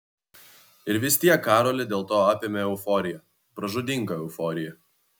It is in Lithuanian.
ir vis tiek karolį dėl to apėmė euforija pražūtinga euforija